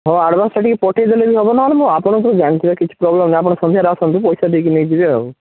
ହଁ ଆଡ଼ଭାନ୍ସଟା ଟିକିଏ ପଠାଇଦେଲେ ବି ହେବ ନହେଲେ ମୁଁ ଆପଣଙ୍କୁ ଜାଣିଛି ବା କିଛି ପ୍ରୋବ୍ଲେମ୍ ନାହିଁ ଆପଣ ସନ୍ଧ୍ୟାରେ ଆସନ୍ତୁ ପଇସା ଦେଇକି ନେଇଯିବେ ଆଉ